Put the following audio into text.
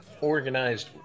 organized